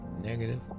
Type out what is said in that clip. negative